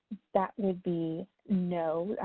that would be no.